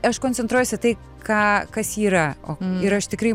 aš koncentruojuos į tai ką kas yra o ir aš tikrai